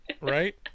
Right